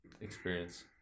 experience